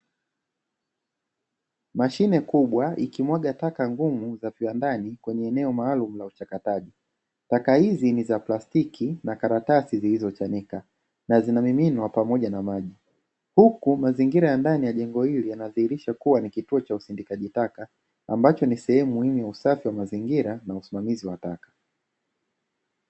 Mashine kubwa ikimwaga taka ngumu za viwandani kwenye eneo maalumu la uchakataji, taka hizi ni za plastiki na karatasi zilizochanika na zinamiminwa pamoja na maji huku mazingira ya ndani ya jengo hili yanadhihirisha kuwa ni kituo cha usindikaji taka ambacho ni sehemu muhimu ya utunzaji wa mazingira na usimamizi wa taka.